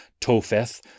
Topheth